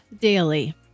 daily